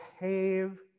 behave